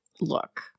look